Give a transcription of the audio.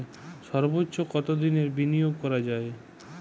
সর্বোচ্চ কতোদিনের বিনিয়োগ করা যায়?